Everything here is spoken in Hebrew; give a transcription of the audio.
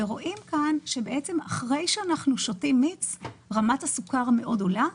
רואים כאן שאחרי שאנחנו שותים מיץ רמת הסוכר עולה מאוד,